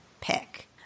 pick